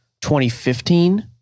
2015